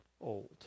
old